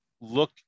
look